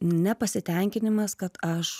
nepasitenkinimas kad aš